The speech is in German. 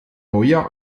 neujahr